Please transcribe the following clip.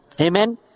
Amen